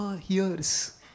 hears